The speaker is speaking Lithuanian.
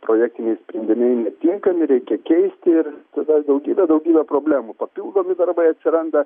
projektiniai sprendimai netinkami reikia keisti ir tada daugybė daugybė problemų papildomi darbai atsiranda